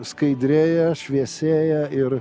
skaidrėja šviesėja ir